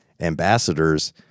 ambassadors